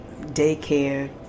daycare